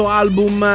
album